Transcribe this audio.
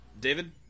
David